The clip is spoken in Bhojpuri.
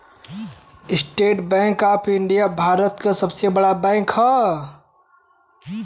estate Bank of India Bharat क सबसे बड़ा बैंक हौ